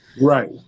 Right